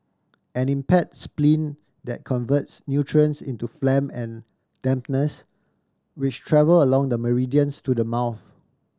an impair spleen that converts nutrients into phlegm and dampness which travel along the meridians to the mouth